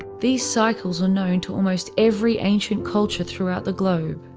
these cycles were known to almost every ancient culture throughout the globe.